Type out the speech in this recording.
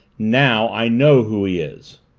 now, i know who he is.